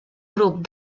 grup